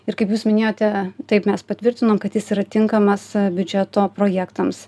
ir kaip jūs minėjote taip mes patvirtinom kad jis yra tinkamas biudžeto projektams